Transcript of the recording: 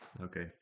Okay